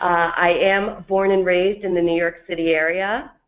i am born and raised in the new york city area,